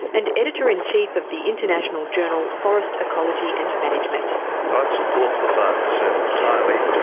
and editor-in-chief of the international journal forest ecology and management. i support the five per cent entirely,